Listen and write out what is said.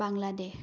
Bangladesh